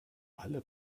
alle